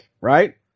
right